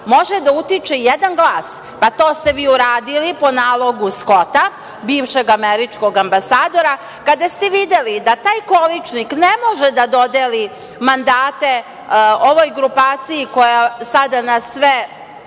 može da utiče jedan glas. To ste vi uradili po nalogu Skota, bivšeg američkog ambasadora. Kada ste videli da taj količnik ne može da dodeli mandate ovoj grupaciji koja sada na sve